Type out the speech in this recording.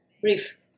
brief